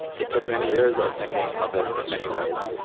it took many years of thinking of it in many ways.